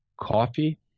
coffee